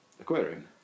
Aquarium